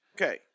Okay